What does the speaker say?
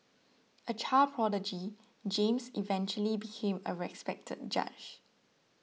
a child prodigy James eventually became a respected judge